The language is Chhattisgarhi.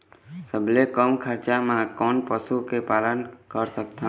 सबले कम खरचा मा कोन पशु के पालन कर सकथन?